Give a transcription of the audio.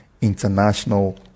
international